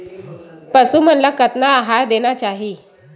पशु मन ला कतना आहार देना चाही?